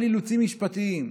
בשל אילוצים משפטיים,